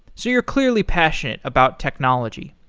so you're clearly passionate about technology.